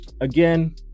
Again